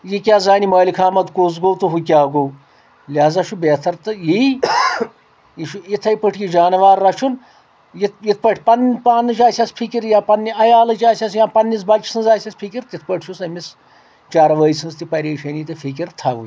یہِ کیٛاہ زانہِ مٲلک احمد کُس گوٚو تہٕ ہُہ کیٛاہ گوٚو لہذا چھُ بہتر تہٕ یی یہِ چھُ اتھٕے پٲٹھۍ یہِ جانوار رچھُن یِتھ یِتھ پٲٹھۍ پنٕنۍ پانٕچ آسٮ۪س فکر یا پننہِ عیالٕچ آسٮ۪س یا پننس بچ سٕنٛز آسٮ۪س فکر تِتھ پٲٹھۍ چھُس أمِس چاروٲے سٕنٛز تہِ پریشٲنی تہٕ فکر تھاوٕنی